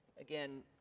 Again